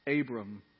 Abram